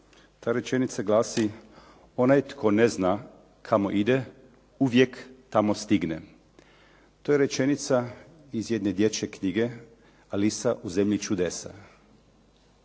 Ta rečenica glasi: "Onaj tko ne zna kamo ide, uvijek tamo stigne.", to je rečenica iz jedne dječje knjige, Alisa u Zemlji čudesa.